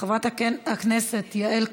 חברת הכנסת יעל כהן-פארן,